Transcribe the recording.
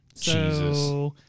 Jesus